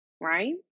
right